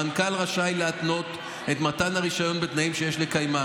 המנכ"ל רשאי להתנות את מתן הרישיון בתנאים שיש לקיימם.